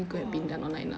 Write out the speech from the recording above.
!wah!